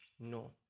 no